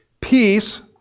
Peace